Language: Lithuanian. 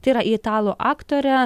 tai yra italų aktorė